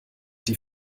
die